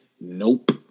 Nope